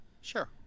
Sure